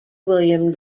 william